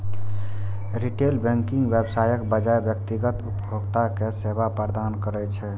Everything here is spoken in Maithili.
रिटेल बैंकिंग व्यवसायक बजाय व्यक्तिगत उपभोक्ता कें सेवा प्रदान करै छै